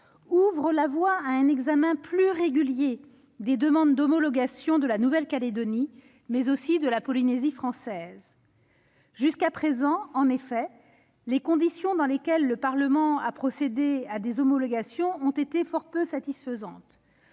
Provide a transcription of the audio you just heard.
ouvre la voie à un examen plus régulier des demandes d'homologation de la Nouvelle-Calédonie, mais aussi de la Polynésie française. Jusqu'à présent, en effet, les conditions dans lesquelles le Parlement a procédé à des homologations- par voie d'amendement